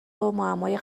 معمای